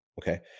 okay